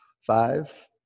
Five